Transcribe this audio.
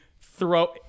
throw